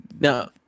no